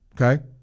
okay